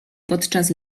podczas